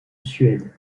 suède